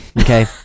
Okay